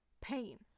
pain